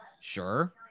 Sure